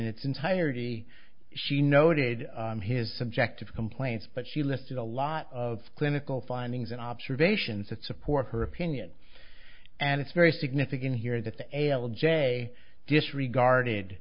its entirety she noted his subjective complaints but she listed a lot of clinical findings and observations that support her opinion and it's very significant here that the l j disregarded